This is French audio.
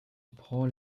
prend